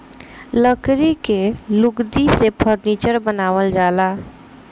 लकड़ी के लुगदी से फर्नीचर बनावल जाला